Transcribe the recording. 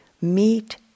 meet